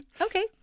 Okay